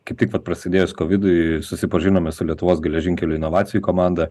kaip tik vat prasidėjus kovidui susipažinome su lietuvos geležinkelių inovacijų komanda